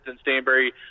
Stanbury